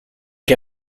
che